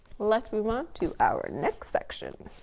let's move on to our next section.